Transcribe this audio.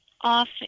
off